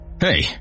Hey